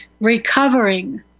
recovering